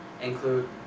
include